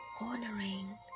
honoring